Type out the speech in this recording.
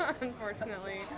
unfortunately